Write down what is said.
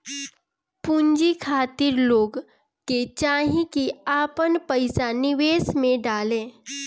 पूंजी खातिर लोग के चाही की आपन पईसा निवेश में डाले